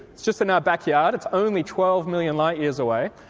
it's just in our backyard, it's only twelve million light years away,